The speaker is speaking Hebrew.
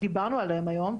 דיברנו עליהן כאן היום,